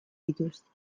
dituzte